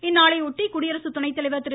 இந்நாளையொட்டி குடியரசு துணைத்தலைவர் திரு